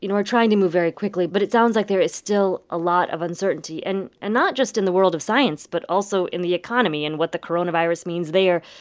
you know are trying to move very quickly. but it sounds like there is still a lot of uncertainty, and and not just in the world of science, but also in the economy and what the coronavirus means there.